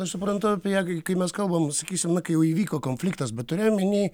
aš suprantu apie ją kai mes kalbam sakysim na kai jau įvyko ko fliktas bet turiu omeny